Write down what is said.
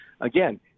again